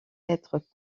être